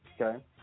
Okay